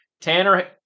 Tanner